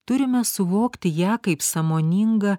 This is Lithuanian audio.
turime suvokti ją kaip sąmoningą